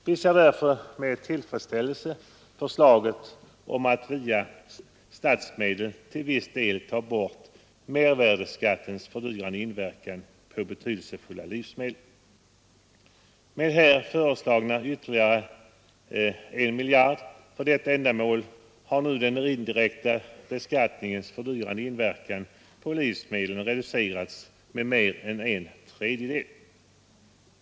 Vi ser därför med tillfredsställelse förslaget om att via statsmedel till viss del ta bort mervärdeskattens fördyrande inverkan på betydelsefulla livsmedel. Med här föreslagna ytterligare 1 miljard för detta ändamål har nu den indirekta beskattningens fördyrande inverkan på livsmedlen reducerats med mer än en tredjedel.